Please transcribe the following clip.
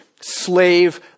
slave